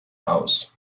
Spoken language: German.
aus